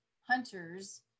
hunters